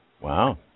wow